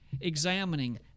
Examining